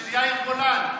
ושל יאיר גולן.